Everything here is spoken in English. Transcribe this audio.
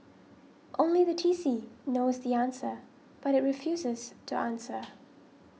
only the T C knows the answer but it refuses to answer